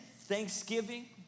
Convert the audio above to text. thanksgiving